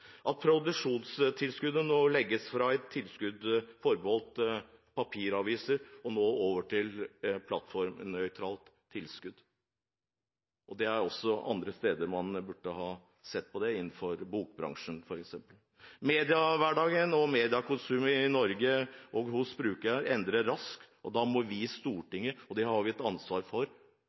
årlig. Produksjonstilskuddet legges nå om fra et tilskudd forbeholdt papiraviser til et plattformnøytralt tilskudd. Det er også andre steder man burde ha sett på det – innenfor bokbransjen, f.eks. Mediehverdagen og mediekonsumet i Norge og hos brukerne endrer seg raskt, og da må vi i Stortinget – og det har vi et ansvar for